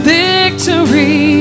victory